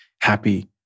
happy